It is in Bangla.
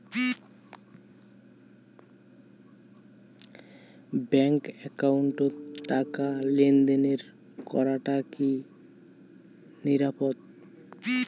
ব্যাংক একাউন্টত টাকা লেনদেন করাটা কি নিরাপদ?